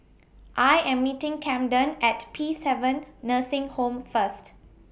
I Am meeting Camden At Peacehaven Nursing Home First